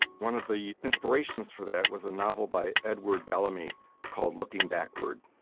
one of the inspirations for that was a novel by edward bellamy called looking backward.